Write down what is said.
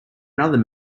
another